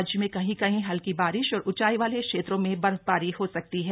राज्य में कहीं कहीं हल्की बारिश और ऊंचाई वाले क्षेत्रों में बर्फबारी हो सकती है